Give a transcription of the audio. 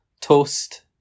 toast